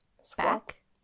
squats